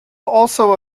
also